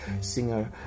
singer